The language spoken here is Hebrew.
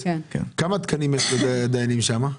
כמה תקני דיינים יש שם?